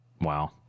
Wow